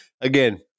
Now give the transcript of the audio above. again